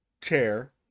chair